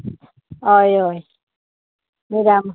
हय हय मिराम